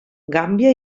gàmbia